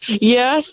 Yes